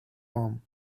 home